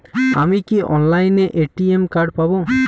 আমি কি অনলাইনে এ.টি.এম কার্ড পাব?